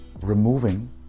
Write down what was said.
removing